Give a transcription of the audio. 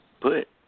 put